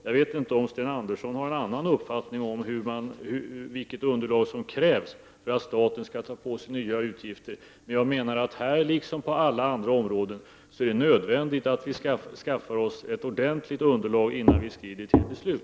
Jag vet inte om Sten Andersson har en annan uppfattning om vilket underlag som krävs för att staten skall ta på sig ansvaret för nya utgifter. Här, liksom på alla andra områden, är det nödvändigt att vi skaffar oss ett ordentligt underlag innan vi skrider till beslut.